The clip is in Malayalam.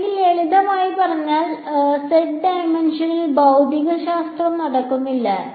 അല്ലെങ്കിൽ ലളിതമായി പറഞ്ഞാൽ z ഡൈമൻഷനിൽ ഭൌതികശാസ്ത്രം നടക്കുന്നില്ല